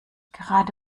gerade